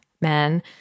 men